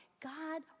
God